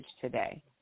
today